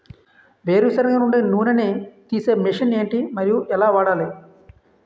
వేరు సెనగ నుండి నూనె నీ తీసే మెషిన్ ఏంటి? మరియు ఎలా వాడాలి?